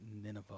Nineveh